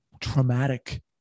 traumatic